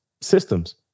systems